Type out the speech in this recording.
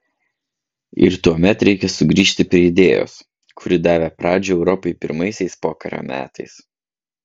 ir tuomet reikia sugrįžti prie idėjos kuri davė pradžią europai pirmaisiais pokario metais